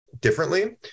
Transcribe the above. differently